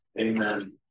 Amen